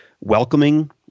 welcoming